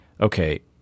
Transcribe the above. okay